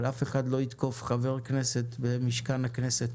אבל אף אחד לא יתקוף חבר כנסת במשכן הכנסת